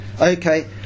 Okay